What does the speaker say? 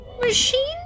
machine